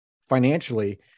financially